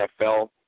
NFL